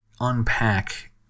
unpack